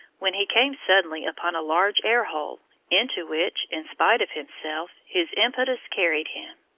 when he came suddenly upon a large air hole into which, in spite of himself, his impetus carried him.